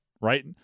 right